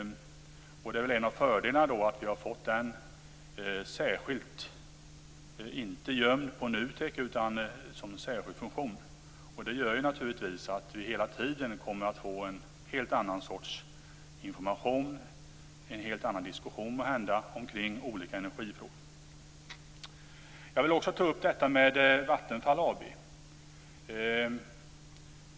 En av fördelarna är att den inte kommer att vara gömd på NUTEK utan har fått en särskild funktion. Det gör naturligtvis att vi hela tiden kommer att få en helt annan sorts information och en helt annan diskussion, måhända, om olika energifrågor. Jag vill också ta upp detta med Vattenfall AB.